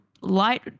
light